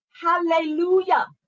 hallelujah